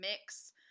mix